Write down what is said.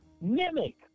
mimic